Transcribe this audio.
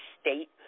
state